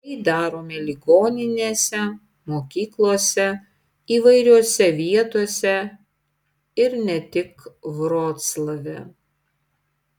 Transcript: tai darome ligoninėse mokyklose įvairiose vietose ir ne tik vroclave